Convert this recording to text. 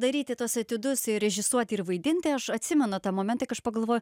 daryti tuos etiudus ir režisuoti ir vaidinti aš atsimenu tą momentą kai aš pagalvoju